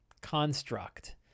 construct